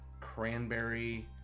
Cranberry